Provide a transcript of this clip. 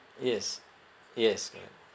yes yes correct